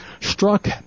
struck